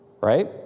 right